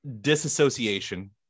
Disassociation